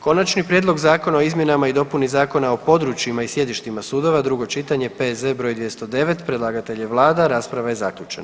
Konačni prijedlog Zakona o izmjenama i dopuni Zakona o područjima i sjedištima sudova, drugo čitanje, P.Z. broj 209, predlagatelj je vlada, rasprava je zaključena.